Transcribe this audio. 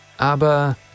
Aber